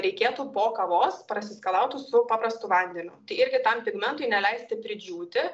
reikėtų po kavos prasiskalauti su paprastu vandeniu tai irgi tam pigmentui neleisti pridžiūti